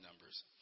Numbers